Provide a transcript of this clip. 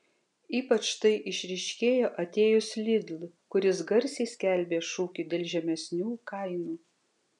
ypač tai išryškėjo atėjus lidl kuris garsiai skelbė šūkį dėl žemesnių kainų